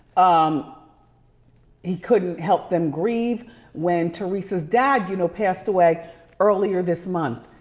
um he couldn't help them grieve when theresa's dad you know passed away earlier this month.